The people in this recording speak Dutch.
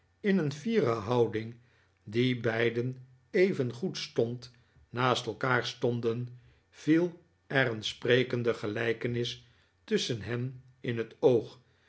in een fiere houding die beiden even goed stond naast elkaar stonden viel er een sprekende gelijkenis tusschen hen in het oog